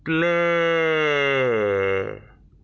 play